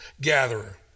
gatherer